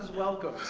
welcome